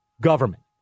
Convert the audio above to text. government